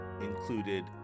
included